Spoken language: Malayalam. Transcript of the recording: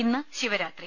ഇന്ന് ശിവരാത്രി